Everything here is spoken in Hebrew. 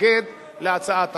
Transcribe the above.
מתנגד להצעת החוק.